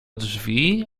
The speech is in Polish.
drzwi